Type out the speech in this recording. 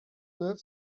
neuf